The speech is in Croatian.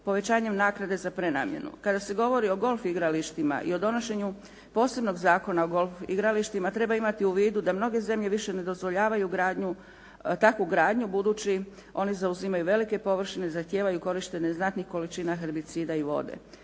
povećanjem naknade za prenamjenu. Kada se govori o golf igralištima i o donošenju posebnog Zakona o golf igralištima treba imati u vidu da mnoge zemlje više ne dozvoljavaju takvu gradnju budući one zauzimaju velike površine, zahtijevaju korištenje znatnih količina herbicida i vode.